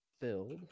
filled